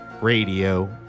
radio